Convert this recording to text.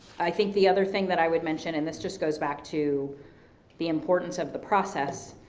i think the other thing, that i would mention and this just goes back to the importance of the process.